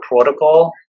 protocol